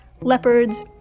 Leopards